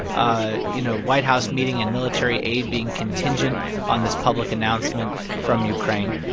ah you know, white house meeting and military aid being contingent on this public announcement from ukraine.